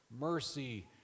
mercy